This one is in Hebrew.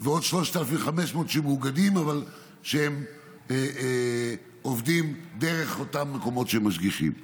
ועוד 3,500 שמאוגדים אבל עובדים דרך אותם מקומות שהם משגיחים בהם.